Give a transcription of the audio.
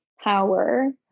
power